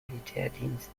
militärdienst